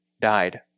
died